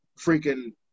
freaking